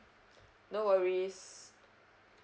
no worries